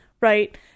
right